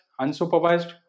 unsupervised